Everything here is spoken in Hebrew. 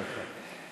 לפה.